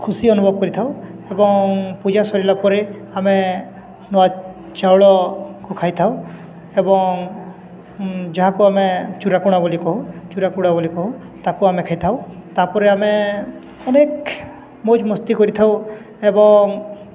ଖୁସି ଅନୁଭବ କରିଥାଉ ଏବଂ ପୂଜା ସରିଲା ପରେ ଆମେ ନୂଆ ଚାଉଳକୁ ଖାଇଥାଉ ଏବଂ ଯାହାକୁ ଆମେ ଚୁରାକୁଣା ବୋଲି କହୁ ଚୁରାକୁଡ଼ା ବୋଲି କହୁ ତାକୁ ଆମେ ଖାଇଥାଉ ତାପରେ ଆମେ ଅନେକ ମଜା ମସ୍ତି କରିଥାଉ ଏବଂ